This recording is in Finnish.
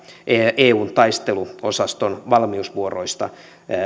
eun taisteluosaston valmiusvuoroista